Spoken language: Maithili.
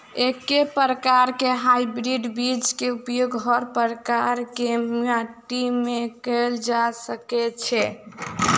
एके प्रकार केँ हाइब्रिड बीज केँ उपयोग हर प्रकार केँ माटि मे कैल जा सकय छै?